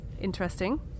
Interesting